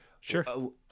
Sure